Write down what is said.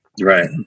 Right